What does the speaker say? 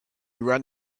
ran